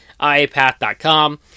iapath.com